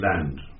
land